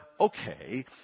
okay